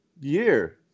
year